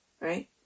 right